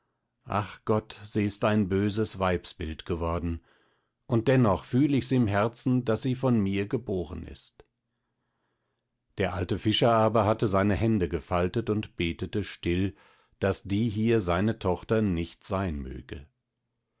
ach gott ist sie ein böses weibsbild geworden und dennoch fühl ich's im herzen daß sie von mir geboren ist der alte fischer aber hatte seine hände gefaltet und betete still daß die hier seine tochter nicht sein möge